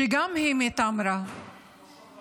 שגם היא מטמרה -- לא שכחנו.